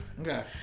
Okay